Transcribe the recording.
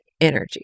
energy